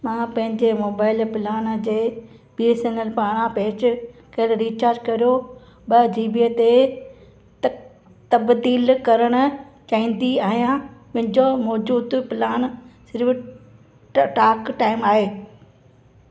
मां पंहिंजे mobile plan खे बी एस एन एल पारां पेश कयल रीचार्ज कर्यो ॿ जीबीअ ते त तबदील करण चाहींदी आहियां मुंहिंजो मौजूदु प्लान सिर्फ़ टाक टाइम आहे